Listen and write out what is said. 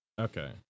okay